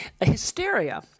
Hysteria